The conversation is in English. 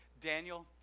daniel